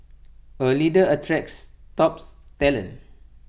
A leader attracts tops talent